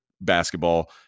basketball